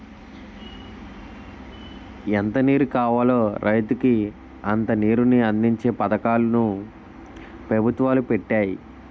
ఎంత నీరు కావాలో రైతుకి అంత నీరుని అందించే పథకాలు ను పెభుత్వాలు పెట్టాయి